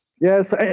Yes